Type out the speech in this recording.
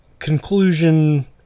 conclusion